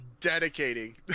dedicating